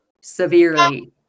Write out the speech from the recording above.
Severely